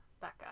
Becca